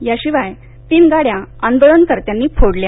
या शिवाय तीन गाड्या यांदोलनकत्यांनी फोडल्या